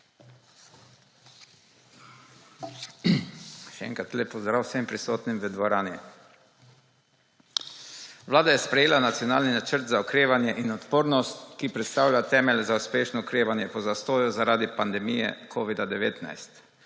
Še enkrat lep pozdrav vsem prisotnim v dvorani! Vlada je sprejela Nacionalni načrt za okrevanje in odpornost, ki predstavlja temelj za uspešno okrevanje po zastoju zaradi pandemije covida-19.